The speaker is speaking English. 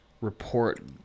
Report